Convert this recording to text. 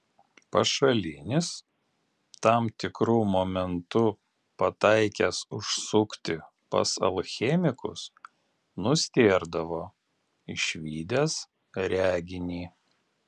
pašalinis tam tikru momentu pataikęs užsukti pas alchemikus nustėrdavo išvydęs reginį